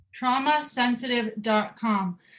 Traumasensitive.com